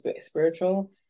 spiritual